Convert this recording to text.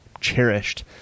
cherished